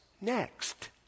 next